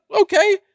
okay